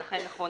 ולכן נכון